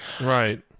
Right